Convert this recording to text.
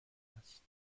است